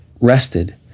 rested